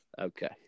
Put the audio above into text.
okay